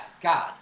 God